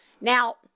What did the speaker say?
Now